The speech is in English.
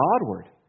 Godward